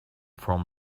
from